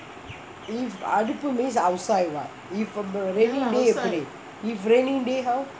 if அடுப்பு:aduppu means outside lah இப்பே:ippae raining day எப்டி:epdi if raining day how